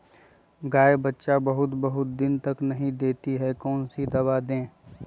गाय बच्चा बहुत बहुत दिन तक नहीं देती कौन सा दवा दे?